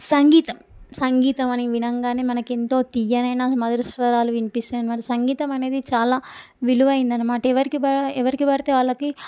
సంగీతం సంగీతం అని వినంగానే మనకు ఎంతో తియ్యనైన మధుర స్వరాలు వినిపిస్తాయి అనమాట సంగీతం అనేది చాలా విలువైనది అనమాట ఎవరికి బ ఎవరికి బడితే వాళ్ళకి